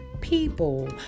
people